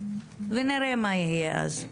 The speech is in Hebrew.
ונראה מה יהיה אז.